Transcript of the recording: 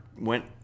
went